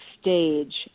stage